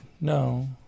No